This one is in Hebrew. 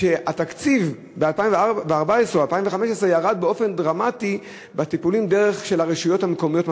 שבתקציב 2014 או 2015 ירד באופן דרמטי הטיפול של הרשויות המקומיות.